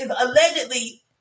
allegedly